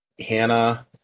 Hannah